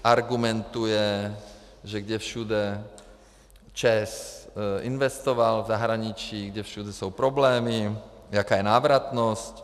Argumentuje, že kde všude ČEZ investoval v zahraničí, kde všude jsou problémy, jaká je návratnost.